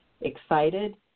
excited